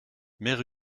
mère